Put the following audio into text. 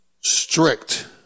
strict